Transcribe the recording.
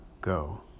Go